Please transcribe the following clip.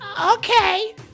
okay